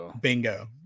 Bingo